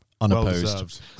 unopposed